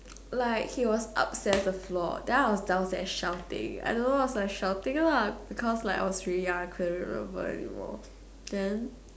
like he was upstairs the floor then I was downstairs shouting I don't know what was I shouting lah because like I was really then